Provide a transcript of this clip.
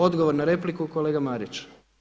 Odgovor na repliku, kolega Marić.